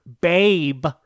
Babe